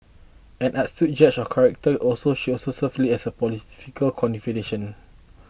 an astute judge of character also she also served as Lee's political confidante